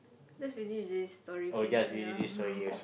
let's finish this story first yeah